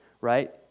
right